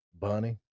Bunny